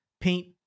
Paint